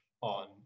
on